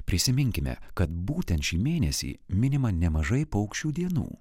prisiminkime kad būtent šį mėnesį minima nemažai paukščių dienų